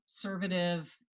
conservative